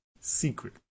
secret